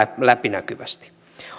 läpinäkyvästi